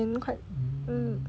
quite mm